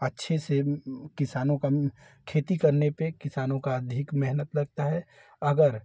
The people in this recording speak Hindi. अच्छे से किसानों का खेती करने पे किसानों का अधिक मेहनत लगता है अगर